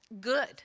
good